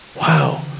wow